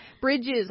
bridges